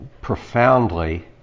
profoundly